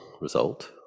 result